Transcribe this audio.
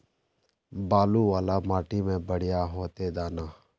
बालू वाला माटी में बढ़िया होते दाना?